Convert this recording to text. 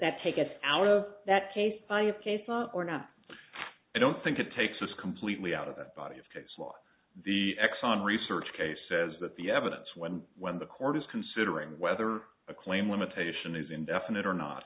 that take it out of that case by a case of or not i don't think it takes us completely out of that body of case law the exxon research case says that the evidence when when the court is considering whether a claim limitation is indefinite or not